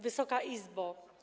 Wysoka Izbo!